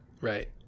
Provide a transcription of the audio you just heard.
Right